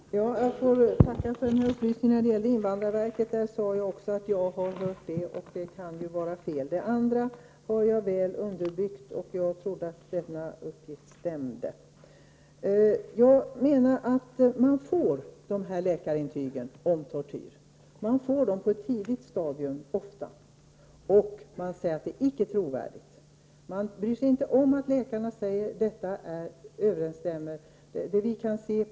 Herr talman! Jag vill tacka för den upplysning som gavs när det gäller invandrarverket. Jag sade vad jag har hört — men det kan ju vara fel. På den andra punkten har jag väl underbyggda uppgifter, så jag trodde att det skulle stämma i det avseendet. Jag menar att man ofta på ett tidigt stadium får läkarintyg om tortyr. Men då står det ”icke trovärdigt”. Man bryr sig inte om vad läkarna säger eller att uppgifterna överensstämmer med de faktiskta förhållandena.